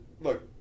look